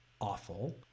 awful